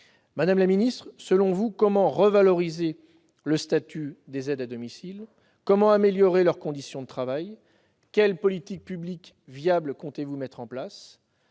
comment entendez-vous revaloriser le statut des aides à domicile et améliorer leurs conditions de travail ? Quelles politiques publiques viables comptez-vous mettre en place ?